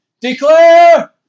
declare